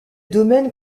domaine